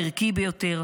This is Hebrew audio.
הערכי ביותר,